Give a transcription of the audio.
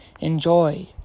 enjoy